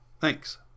Thanks